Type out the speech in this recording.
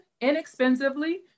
inexpensively